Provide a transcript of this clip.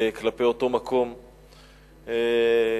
לפני כחצי שנה,